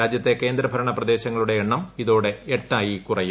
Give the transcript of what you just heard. രാജ്യത്തെ കേന്ദ്രഭരണ പ്രദേശങ്ങളുടെ എണ്ണം ഇതോടെ എട്ടായി കുറയും